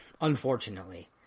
unfortunately